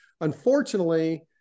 unfortunately